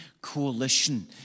coalition